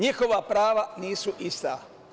Njihova prava nisu ista.